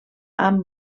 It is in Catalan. amb